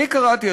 אני קראתי,